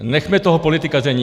Nechme toho politikaření.